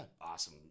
awesome